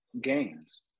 gains